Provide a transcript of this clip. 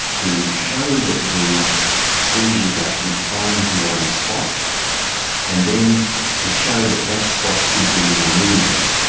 to show that the seizures are confined to one spot and then to show that that spot could be removed.